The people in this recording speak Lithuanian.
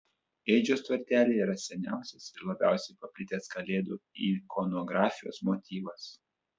ėdžios tvartelyje yra seniausias ir labiausiai paplitęs kalėdų ikonografijos motyvas